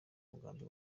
mugambi